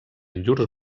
llurs